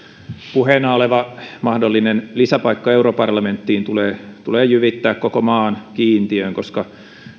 puheena oleva mahdollinen lisäpaikka europarlamenttiin tulee tulee jyvittää koko maan kiintiöön koska